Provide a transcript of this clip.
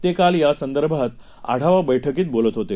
ते काल यासंदर्भात आढावा बैठकीत बोलत होते